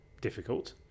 difficult